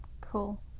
cool